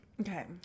Okay